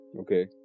okay